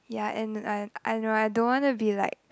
ya and uh no I don't want to be like